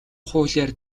хуулиар